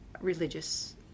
religious